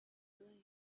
away